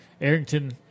Arrington